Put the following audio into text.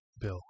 bill